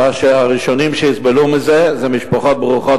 כאשר הראשונים שיסבלו מזה הם המשפחות ברוכות